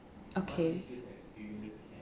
okay